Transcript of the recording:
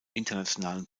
internationalen